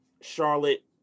Charlotte